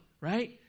right